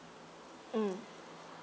mm